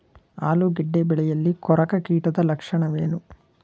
ಆಲೂಗೆಡ್ಡೆ ಬೆಳೆಯಲ್ಲಿ ಕೊರಕ ಕೀಟದ ಲಕ್ಷಣವೇನು?